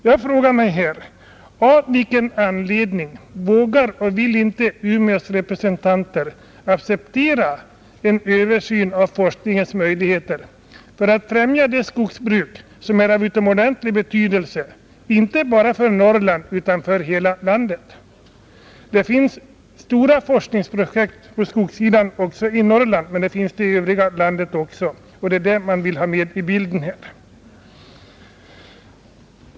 Jag frågar mig: Av vilken anledning vågar och vill inte Umeås representanter acceptera en översyn av forskningens möjligheter för att främja ett skogsbruk som är av utomordentlig betydelse, inte bara för Norrland utan för hela landet? Det finns stora forskningsprojekt på skogssidan i Norrland, men det finns det i övriga landet också, och det är det man måste ha med i bilden.